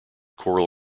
coral